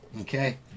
okay